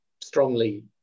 strongly